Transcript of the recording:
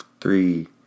Three